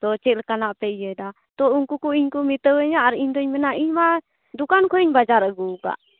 ᱛᱚ ᱪᱮᱫ ᱞᱮᱠᱟᱱᱟᱜ ᱯᱮ ᱤᱭᱟᱹᱭᱮᱫᱟ ᱛᱚ ᱩᱝᱠᱩ ᱠᱚ ᱤᱧᱠᱚ ᱢᱮᱛᱟᱹᱣᱟᱹᱧᱟ ᱟᱨ ᱤᱧᱫᱚᱧ ᱢᱮᱱᱟ ᱤᱧᱢᱟ ᱫᱚᱠᱟᱱ ᱠᱷᱚᱱ ᱤᱧ ᱵᱟᱡᱟᱨ ᱟᱹᱜᱩᱣᱟᱠᱟᱫ